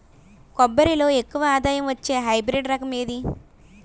కొబ్బరి లో ఎక్కువ ఆదాయం వచ్చే హైబ్రిడ్ రకం ఏది?